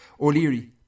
O'Leary